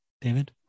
David